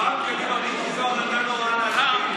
רם, רם, קדימה, מיקי זוהר נתן הוראה להצביע.